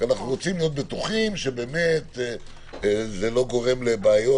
ואנחנו רק רוצים להיות בטוחים שזה לא גורם לבעיות